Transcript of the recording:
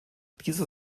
dieser